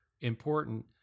important